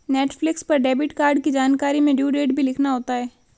Netflix पर debit card की जानकारी में ड्यू डेट भी लिखना होता है